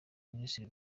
minisitiri